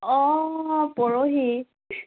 অঁ পৰহি